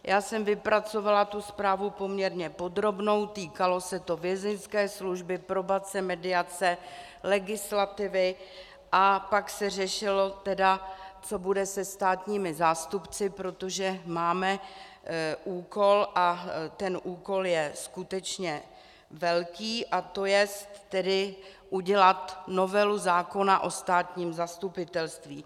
Já jsem vypracovala tu zprávu poměrně podrobnou, týkalo se to Vězeňské služby, probace, mediace, legislativy, a pak se tedy řešilo, co bude se státními zástupci, protože máme úkol, a ten úkol je skutečně velký, a to jest tedy udělat novelu zákona o státním zastupitelství.